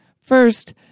First